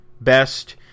best